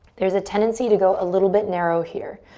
there's a tendency to go a little bit narrow here.